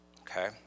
okay